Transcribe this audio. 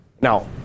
Now